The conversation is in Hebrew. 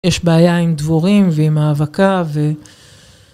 יש בעיה עם דבורים ועם האבקה ו...